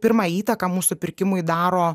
pirmą įtaką mūsų pirkimui daro